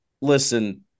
Listen